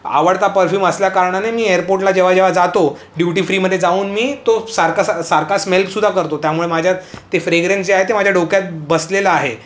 आवडता परफ्यूम असल्या कारणाने मी एअरपोर्टला जेव्हा जेव्हा जातो ड्युटी फ्रीमधे जाऊन मी तो सारका सारका स्मेल्कसुद्धा करतो त्यामुळे माझ्या ते फ्रेग्रन्स जे आहे ते माझ्या ढोक्यात बसलेलं आहे